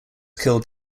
killed